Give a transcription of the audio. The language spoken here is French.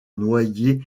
noyer